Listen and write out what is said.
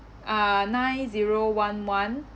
uh nine zero one one